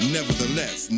Nevertheless